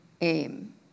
aim